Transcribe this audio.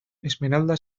esmeralda